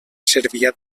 cervià